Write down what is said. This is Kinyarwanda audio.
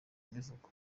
imivugo